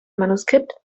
manuskript